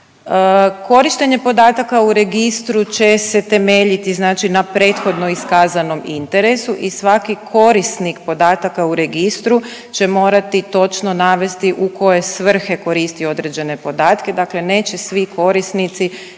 Korištenje podatak u registru će se temeljiti znači na prethodno iskazanom interesu i svaki korisnik podataka u registru će morati točno navesti u koje svrhe koristi određene podatke, dakle neće svi korisnici